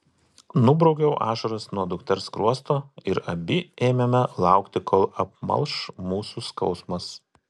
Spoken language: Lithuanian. nubraukiau ašaras nuo dukters skruosto ir abi ėmėme laukti kol apmalš mūsų skausmas